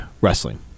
wrestling